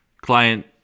client